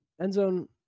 Endzone